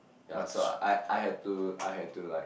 ya so I I had to I had to like